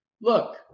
Look